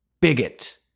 bigot